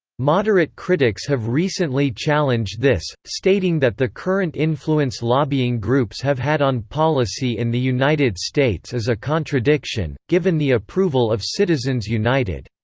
moderate critics have recently challenged this, stating that the current influence lobbying groups have had on policy in the united states is a contradiction, given the approval of citizens united.